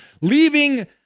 leaving